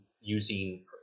using